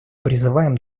призываем